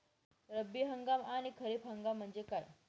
रब्बी हंगाम आणि खरीप हंगाम म्हणजे काय?